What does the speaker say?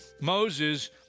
Moses